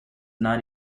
not